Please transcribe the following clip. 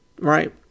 right